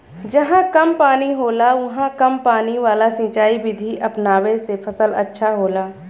जहां कम पानी होला उहाँ कम पानी वाला सिंचाई विधि अपनावे से फसल अच्छा होला